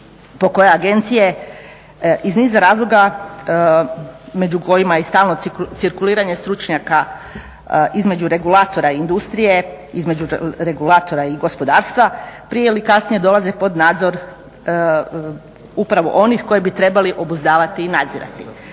po kojoj agencije iz niza razloga među kojima je stalno cirkuliranje stručnjaka između regulatora i industrije, između regulatora i gospodarstva, prije ili kasnije dolaze pod nadzor upravo onih koji bi trebali obuzdavati i nadzirati.